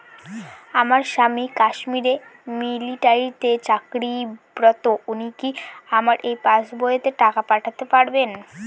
আমার স্বামী কাশ্মীরে মিলিটারিতে চাকুরিরত উনি কি আমার এই পাসবইতে টাকা পাঠাতে পারবেন?